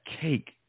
cake